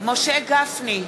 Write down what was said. משה גפני,